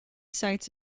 sites